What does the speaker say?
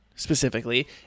Specifically